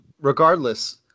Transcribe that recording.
regardless